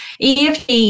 eft